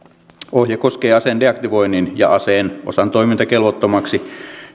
ohje koskee aseen deaktivoinnin ja aseen osan toimintakelvottomaksi